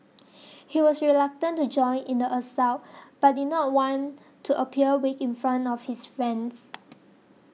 he was reluctant to join in the assault but did not want appear weak in front of his friends